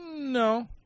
No